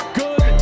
good